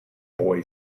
boy